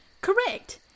Correct